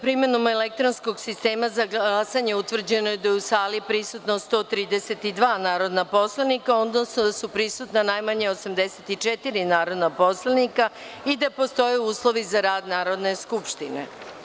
primenom elektronskog sistema za glasanje utvrđeno da je u sali prisutno 132 narodna poslanika, odnosno da su prisutna najmanje 84 narodna poslanika i da postoje uslovi za rad Narodne skupštine.